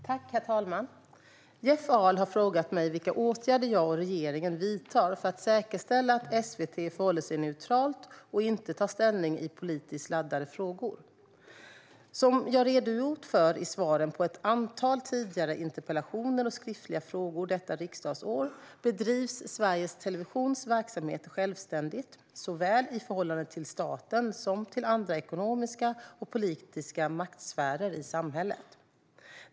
Herr talman! Jeff Ahl har frågat mig vilka åtgärder jag och regeringen vidtar för att säkerställa att SVT förhåller sig neutralt och inte tar ställning i politiskt laddade frågor. Som jag redogjort för i svaren på ett antal tidigare interpellationer och skriftliga frågor detta riksdagsår bedrivs Sveriges Televisions verksamhet självständigt såväl i förhållande till staten som i förhållande till andra ekonomiska och politiska maktsfärer i samhället.